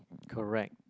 correct